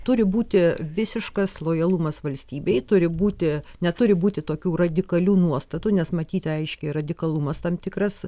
turi būti visiškas lojalumas valstybei turi būti neturi būti tokių radikalių nuostatų nes matyti aiškiai radikalumas tam tikras